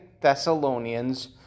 Thessalonians